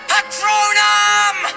Patronum